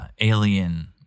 Alien